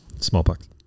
Smallpox